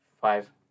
five